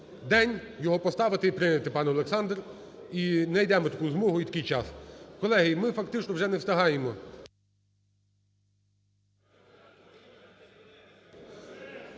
день його поставити і прийняти, пане Олександр, і найдемо таку змогу і такий час. Колеги, ми фактично вже не встигаємо.